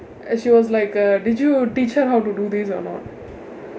she was like uh did you teach her how to do these or not